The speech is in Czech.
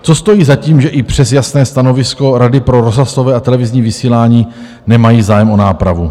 Co stojí za tím, že i přes jasné stanovisko Rady pro rozhlasové a televizní vysílání nemají zájem o nápravu?